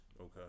Okay